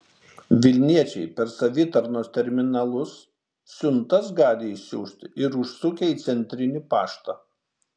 vilniečiai per savitarnos terminalus siuntas gali išsiųsti ir užsukę į centrinį paštą